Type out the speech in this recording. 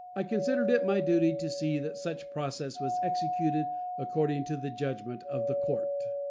i considered it my duty to see that such process was executed according to the judgment of the court.